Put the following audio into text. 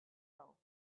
hill